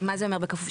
מה זה אומר בכפוף?